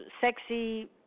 sexy